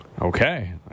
Okay